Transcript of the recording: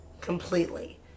completely